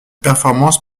performance